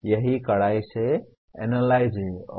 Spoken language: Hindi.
यही कड़ाई से एनालाइज है